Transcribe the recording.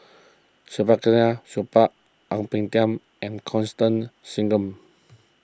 Saktiandi Supaat Ang Peng Tiam and Constance Singam